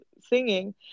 singing